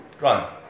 run